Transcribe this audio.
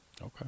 Okay